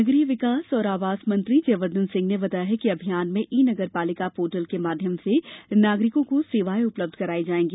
नगरीय विकास और आवास मंत्री जयवर्द्वन सिंह ने बताया है कि अभियान में ई नगर पालिका पोर्टल के माध्यम से नागरिकों को सेवायें उपलब्ध कराई जायेंगी